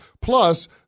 Plus